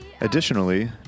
Additionally